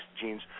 genes